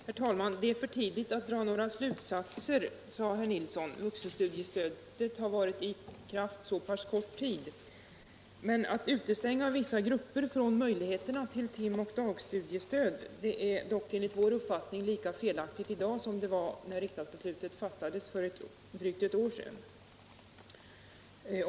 Herr talman! Herr Nilsson i Kristianstad sade att det är för tidigt att dra några slutsatser, eftersom vuxenstudiestödet har varit i kraft så pass kort tid. Att att utestänga vissa grupper från möjligheterna till timoch dagstudiestöd är dock enligt vår uppfattning lika felaktigt i dag som det var när riksdagsbeslutet fattades för drygt ett år sedan.